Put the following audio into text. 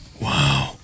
Wow